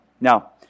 Now